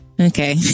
Okay